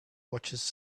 watches